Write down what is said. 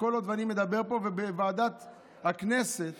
ובוועדת הכנסת